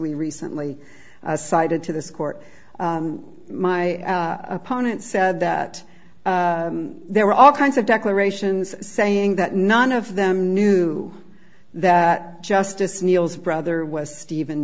we recently cited to this court my opponent said that there were all kinds of declarations saying that none of them knew that justice neil's brother was stephen